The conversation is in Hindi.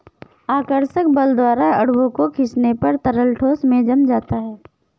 आकर्षक बल द्वारा अणुओं को खीचने पर तरल ठोस में जम जाता है